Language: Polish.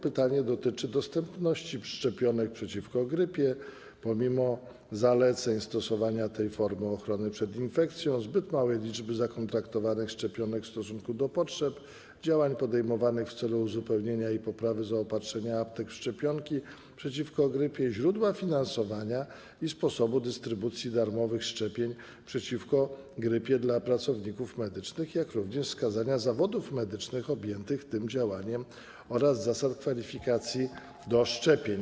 Pytanie dotyczy braku dostępności szczepionek przeciwko grypie pomimo zaleceń stosowania tej formy ochrony przed infekcją, zbyt małej liczby zakontraktowanych szczepionek w stosunku do potrzeb, działań podejmowanych w celu uzupełnienia i poprawy zaopatrzenia aptek w szczepionki przeciwko grypie, źródła finansowania i sposobu dystrybucji darmowych szczepień przeciwko grypie dla pracowników medycznych, jak również wskazania zawodów medycznych objętych tym działaniem oraz zasad kwalifikacji do szczepień.